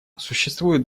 существуют